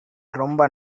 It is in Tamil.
ரொம்ப